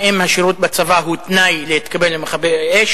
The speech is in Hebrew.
האם השירות בצבא הוא תנאי להתקבל למכבי-אש.